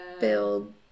build